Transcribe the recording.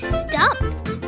stumped